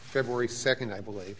february second i believe